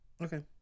Okay